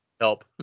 help